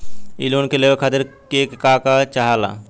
इ लोन के लेवे खातीर के का का चाहा ला?